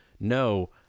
no